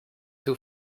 two